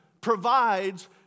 provides